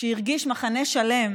שהרגיש מחנה שלם